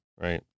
right